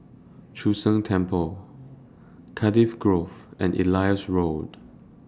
Chu Sheng Temple Cardiff Grove and Elias Road